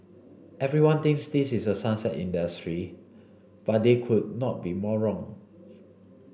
everyone thinks this is a sunset industry but they could not be more wrong